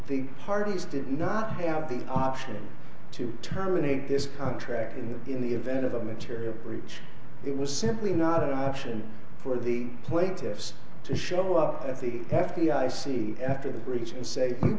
big parties did not have the option to terminate this contract and in the event of a material breach it was simply not an option for the plaintiffs to show up at the half the i c after the breach and say